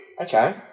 Okay